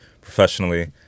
professionally